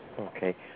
Okay